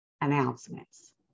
announcements